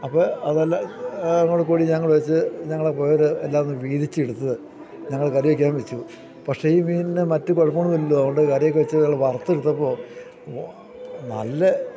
അപ്പോള് അതെല്ലാം കൂടെ കൂടി ഞങ്ങള് വച്ച് ഞങ്ങള് പോയവരെല്ലാവരും വീതിച്ചെടുത്ത് ഞങ്ങള് കറിയൊക്കെ വച്ചു പക്ഷേ ഈ മീനിനു മറ്റു കുഴപ്പങ്ങളൊന്നും ഇല്ലല്ലോ അതുകൊണ്ട് കറിയൊക്കെ വച്ചു നമ്മള് വറുത്തെടുത്തപ്പോള് നല്ല